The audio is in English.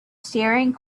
staring